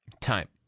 time